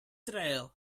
trail